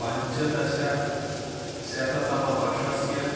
पञ्चदशशततमवर्षस्य